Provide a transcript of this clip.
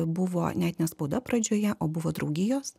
buvo net ne spauda pradžioje o buvo draugijos